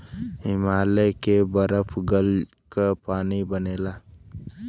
हिमालय के बरफ गल क पानी बनेला